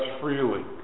freely